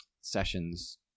sessions